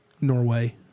Norway